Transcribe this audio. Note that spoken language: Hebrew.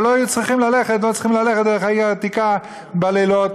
ולא היו צריכים ללכת דרך העיר העתיקה בלילות,